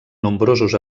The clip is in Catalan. nombrosos